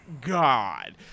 God